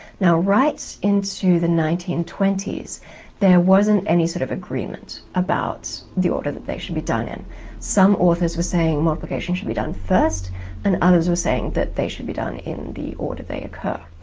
now right into the nineteen twenty s there wasn't any sort of agreement about the order that they should be done in some authors were saying multiplication should be done first and others were saying that they should be done in the order they occur.